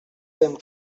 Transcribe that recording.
fem